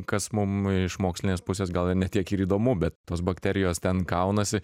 kas mum iš mokslinės pusės gal ir ne tiek ir įdomu bet tos bakterijos ten kaunasi